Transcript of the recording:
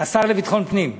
השר לביטחון פנים.